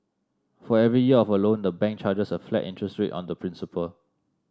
for every year of a loan the bank charges a flat interest rate on the principal